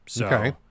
Okay